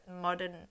modern